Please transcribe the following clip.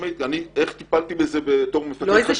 איך טיפלתי בזה בתור מפקד חטיבה -- זו